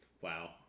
Wow